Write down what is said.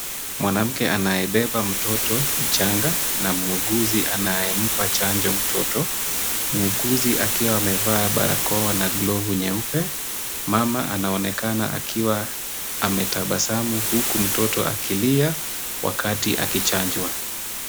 Mwanamke anayebeba mtoto mchanga na muuguzi anayempa chanjo mtoto, muuguzi akiwa amevaa barakoa na glovu nyeupe. Mama anaonekana akiwa ametabasamu huku mtoto akilia wakati akichanjwa.